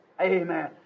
Amen